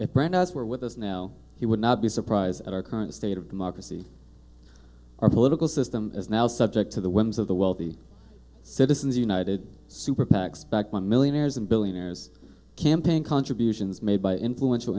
at brandeis where with us now he would not be surprised at our current state of democracy our political system is now subject to the whims of the wealthy citizens united super pacs backed on millionaires and billionaires campaign contributions made by influential